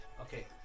Okay